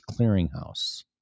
Clearinghouse